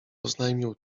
oznajmił